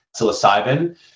psilocybin